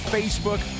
Facebook